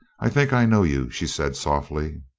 i think i know you, she said softly.